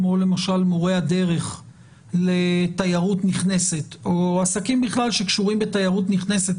כמו למשל מורי הדרך לתיירות נכנסת או עסקים בכלל שקשורים בתיירות נכנסת,